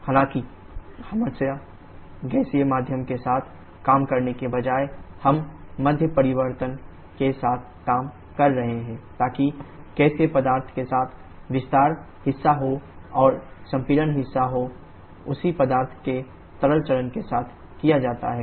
हालाँकि हमेशा गैसीय माध्यम के साथ काम करने के बजाय हम मध्यम परिवर्तन के साथ काम कर रहे हैं ताकि गैसीय पदार्थ के साथ विस्तार हिस्सा हो और संपीड़न हिस्सा हो उसी पदार्थ के तरल चरण के साथ किया जाता है